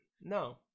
No